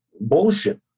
Bullshit